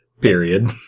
Period